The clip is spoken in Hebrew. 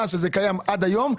מאז שזה קיים עד היום,